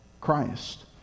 Christ